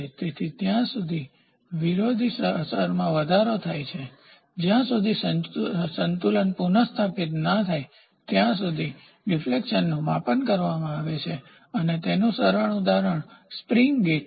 તેથી ત્યાં સુધી વિરોધી અસરમાં વધારો થાય છે જ્યાં સુધી સંતુલન પુનસ્થાપિત ન થાય ત્યાં સુધી કે જ્યાં ડિફ્લેક્શનનું માપન કરવામાં આવે છે અને તેનું સરળ ઉદાહરણ સ્પ્રીંગ ગેજ છે